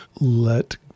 let